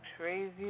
Crazy